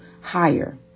higher